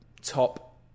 top